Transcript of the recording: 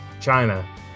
China